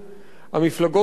המפלגות האלה,